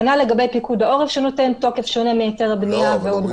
כנ"ל לגבי פיקוד העורף שנותן תוקף שונה מהיתר הבנייה ועוד גופים.